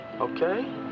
okay